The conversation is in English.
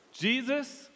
Jesus